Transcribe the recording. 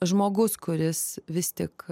žmogus kuris vis tik